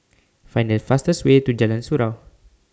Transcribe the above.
Find The fastest Way to Jalan Surau